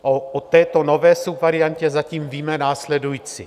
O této nové subvariantě zatím víme následující.